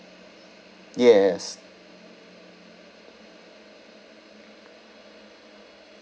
yes